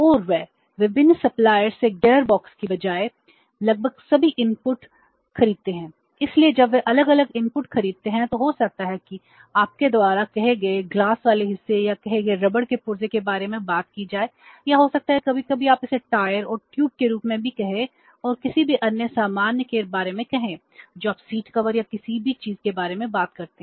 और वे विभिन्न सप्लायर्स खरीदते हैं तो हो सकता है कि आपके द्वारा कहे गए ग्लास वाले हिस्से या कहे गए रबड़ के पुर्ज़ों के बारे में बात की जाए या हो सकता है कि कभी कभी आप इसे टायर और ट्यूब के रूप में भी कहें और किसी भी अन्य सामान के बारे में कहें जो आप सीट कवर या किसी भी चीज़ के बारे में बात करते हैं